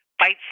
fight